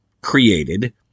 created